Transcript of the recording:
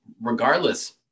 regardless